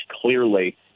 clearly